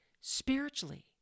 spiritually